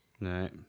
Right